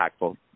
impactful